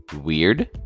weird